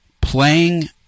playing